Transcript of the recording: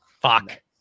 fuck